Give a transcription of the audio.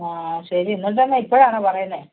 ആ ശരി എന്നിട്ട് ഇന്ന് ഇപ്പോഴാണോ പറയുന്നത്